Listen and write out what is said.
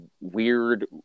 weird